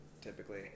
typically